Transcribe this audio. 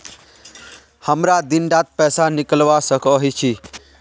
हमरा दिन डात पैसा निकलवा सकोही छै?